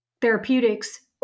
therapeutics